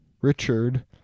Richard